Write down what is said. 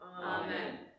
Amen